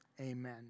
Amen